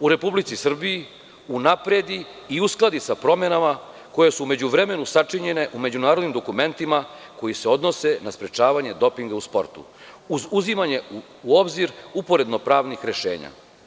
u Republici Srbiji unapredi i uskladi sa promenama koje su u međuvremenu sačinjene u međunarodnim dokumentima koji se odnose na sprečavanje dopinga u sportu, uz uzimanje u obzir uporedno pravnih rešenja.